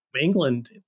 England